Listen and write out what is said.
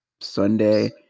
Sunday